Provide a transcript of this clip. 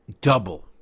double